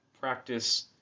practice